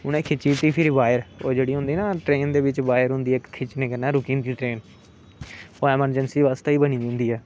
उनें खिच्ची फिर बायर ओह् जेह्ड़ी होंदी ना ट्रेन दे बिच होंदी ऐ इक खिच्चने कन्नै रुकी जंदी ट्रेन ओह् ऐमरजैंसी बास्ते गै बनी दी होंदी ऐ